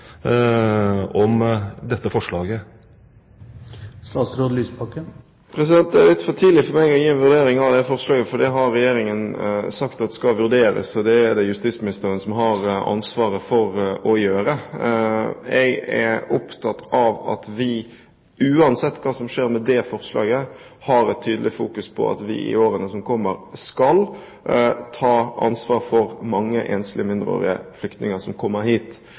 om dette forslaget? Det er litt for tidlig for meg å gi en vurdering av det forslaget, for det har Regjeringen sagt skal vurderes, og det er det justisministeren som har ansvaret for å gjøre. Jeg er opptatt av at vi uansett hva som skjer med det forslaget, fokuserer tydelig på at vi i årene som kommer, skal ta ansvar for mange enslige mindreårige flyktninger som kommer hit.